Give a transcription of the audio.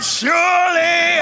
surely